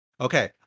Okay